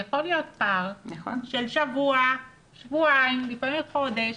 יכול להיות פער של שבוע, שבועיים, לפעמים חודש